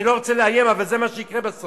אני לא רוצה לאיים, אבל זה מה שיקרה בסוף.